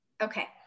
Okay